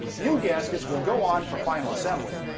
new gaskets will go on for final assembly.